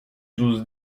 j’ose